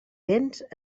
vents